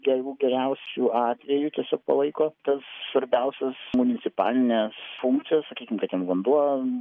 jeigu geriausiu atveju tiesiog palaiko tas svarbiausias municipalines funkcijos sakykim kad ten vanduo